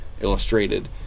illustrated